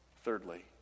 Thirdly